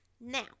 now